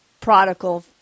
prodigal